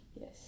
Yes